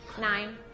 Nine